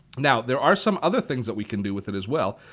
now there are some other things that we can do with it as well.